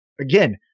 Again